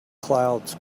clouds